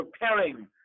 preparing